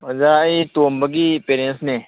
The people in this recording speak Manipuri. ꯑꯣꯖꯥ ꯑꯩ ꯇꯣꯝꯕꯒꯤ ꯄꯦꯔꯦꯟꯁꯅꯦ